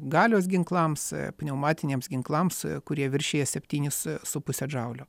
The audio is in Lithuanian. galios ginklams pneumatiniams ginklams kurie viršija septynis su puse džaulio